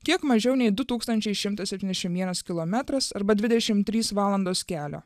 kiek mažiau nei du tūkstančiai šimtas septyniasdešim vienas kilometras arba dvidešim trys valandos kelio